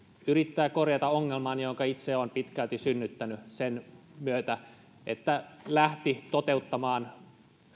yrittää korjata ongelman jonka se on itse pitkälti synnyttänyt sen myötä että lähti toteuttamaan